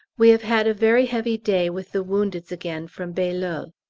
we have had a very heavy day with the woundeds again from bailleul.